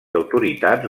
autoritats